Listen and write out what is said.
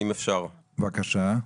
בבקשה.